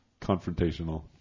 confrontational